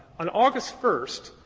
on august first,